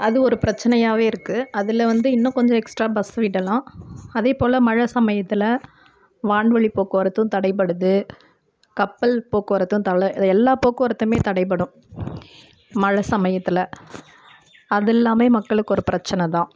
அது ஒரு பிரச்சினையாவே இருக்குது அதில் வந்து இன்னும் கொஞ்சம் எக்ஸ்ட்ரா பஸ் விடலாம் அதே போல் மழை சமயத்தில் வான்வழிப் போக்குவரத்தும் தடைபடுது கப்பல் போக்குவரத்தும் தல எல்லா போக்குவரத்துமே தடைபடும் மழை சமயத்தில் அதெல்லாமே மக்களுக்கு ஒரு பிரச்சின தான்